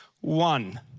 one